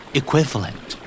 equivalent